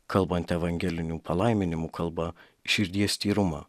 kalbant evangelinių palaiminimų kalba širdies tyrumą